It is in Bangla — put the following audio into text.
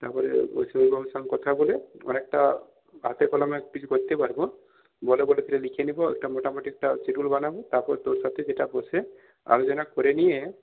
তারপরে সুনীলবাবুর সঙ্গে কথা বলে আমরা একটা হাতে কলমে কিছু করতে পারবো বলে বলে লিখে নেবো একটা মোটামুটি একটা শিডিউল বানাবো তারপরে তোর সাথে যেটা বসে আলোচনা করে নিয়ে